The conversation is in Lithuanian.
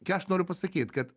ką aš noriu pasakyt kad